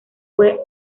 fue